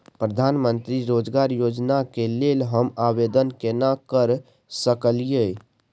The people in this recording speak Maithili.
प्रधानमंत्री रोजगार योजना के लेल हम आवेदन केना कर सकलियै?